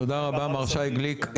תודה רבה מר שי גליק,